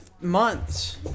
Months